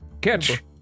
Catch